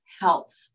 health